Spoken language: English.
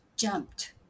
Jumped